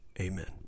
amen